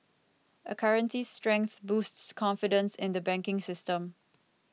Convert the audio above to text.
a currency's strength boosts confidence in the banking system